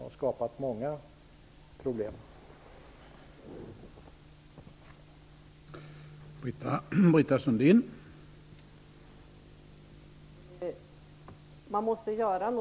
Den har skapat många problem.